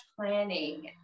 planning